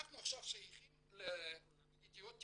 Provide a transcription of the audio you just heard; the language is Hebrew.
אנחנו עכשיו שייכים לידיעות תקשורת.